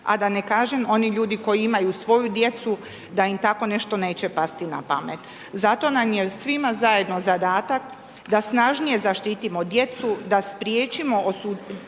a da ne kažem oni ljudi koji imaju svoju djecu, da im tako nešto neće pasti na pamet. Zato nam je svima zajedno zadatak da snažnije zaštitimo djecu, da spriječimo osuđene